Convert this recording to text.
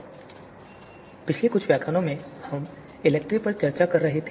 इसलिए पिछले कुछ व्याख्यानों में हम इलेक्ट्री पर चर्चा कर रहे हैं